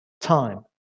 time